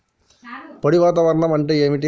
పొడి వాతావరణం అంటే ఏంది?